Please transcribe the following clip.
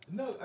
no